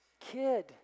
kid